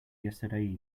yesterday